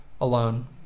alone